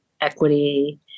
equity